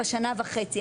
לשנה וחצי.